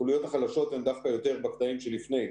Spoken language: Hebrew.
החוליות החלשות הן דווקא יותר בקטעים שלפני,